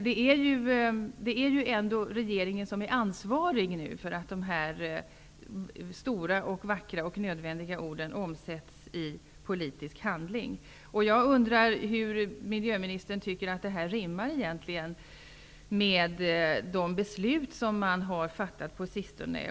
Det är ju ändå regeringen som är ansvarig för att de stora och vackra orden omsätts i politisk handling. Jag undrar hur miljöministern tycker att detta egentligen rimmar med de beslut som har fattats på sistone.